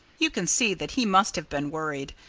you can see that he must have been worried,